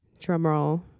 drumroll